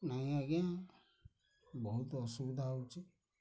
ନାଇଁ ଆଜ୍ଞା ବହୁତ ଅସୁବିଧା ହଉଛି